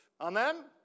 Amen